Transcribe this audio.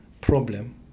problem